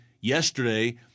yesterday